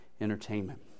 entertainment